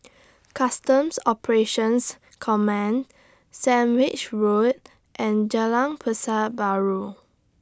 Customs Operations Command Sandwich Road and Jalan Pasar Baru